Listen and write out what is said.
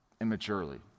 immaturely